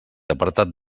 apartat